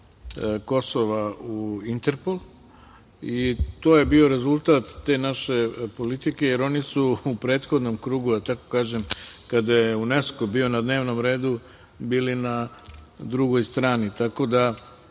Kosova u Interpol i to je bio rezultat te naše politike, jer oni su u prethodnom krugu, da tako kažem, kada je UNESKO bio na dnevnom redu, bili na drugoj strani. Tako da,